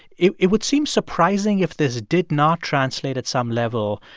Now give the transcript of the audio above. it it would seem surprising if this did not translate, at some level,